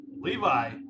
Levi